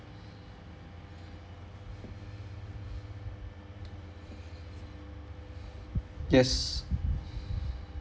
yes